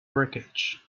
wreckage